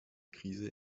krise